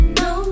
no